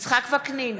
יצחק וקנין,